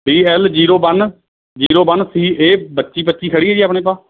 D L zero one zero one C A ਬੱਤੀ ਪੱਚੀ ਖੜ੍ਹੀ ਹੈ ਜੀ ਆਪਣੇ ਪਾ